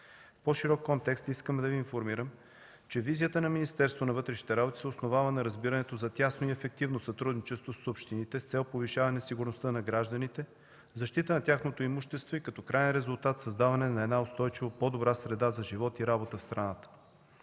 по-широк контекст искам да Ви информирам, че визията на Министерството на вътрешните работи се основава на разбирането за тясно и ефективно сътрудничество с общините с цел повишаване сигурността на гражданите, защита на тяхното имущество и като краен резултат създаване на една устойчива по-добра среда за живот и работа в страната.